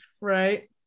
Right